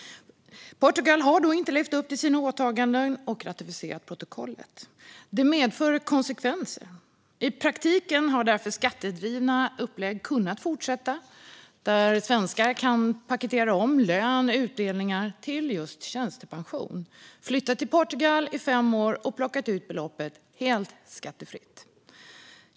Portugal har inte levt upp till sina åtaganden och ratificerat protokollet. Det medför konsekvenser. I praktiken har därför skattedrivna upplägg kunnat fortsätta, där svenskar kan paketera om lön och utdelningar till just tjänstepension, flytta till Portugal i fem år och plocka ut beloppet helt skattefritt.